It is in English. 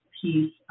piece